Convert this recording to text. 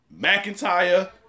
McIntyre